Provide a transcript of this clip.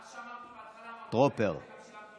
מה שאמרתי בהתחלה, גם שילמתי